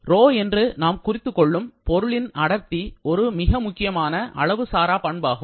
ρ என்று நாம் குறித்துக் கொள்ளும் பொருளின் அடர்த்தி ஒரு மிக முக்கியமான அளவு சாரா பண்பாகும்